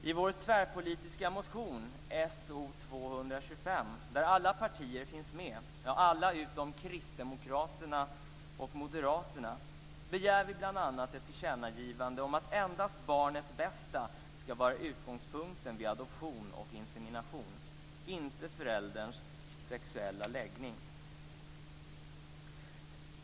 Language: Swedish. I vår tvärpolitiska motion So225, där alla partier finns med utom Kristdemokraterna och Moderaterna, begär vi bl.a. ett tillkännagivande om att endast barnets bästa ska vara utgångspunkten vid adoption och insemination, inte förälderns sexuella läggning.